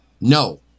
no